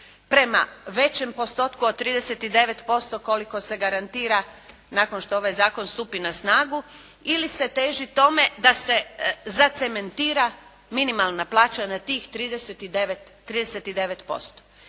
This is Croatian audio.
prema većem postotku od 39% koliko se garantira nakon što ovaj zakon stupi na snagu, ili se teži tome da se zacementira minimalna plaća na tih 39%.